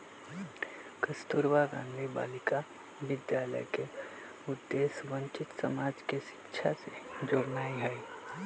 कस्तूरबा गांधी बालिका विद्यालय के उद्देश्य वंचित समाज के शिक्षा से जोड़नाइ हइ